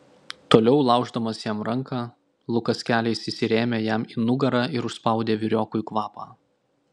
toliau lauždamas jam ranką lukas keliais įsirėmė jam į nugarą ir užspaudė vyriokui kvapą